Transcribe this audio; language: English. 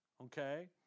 okay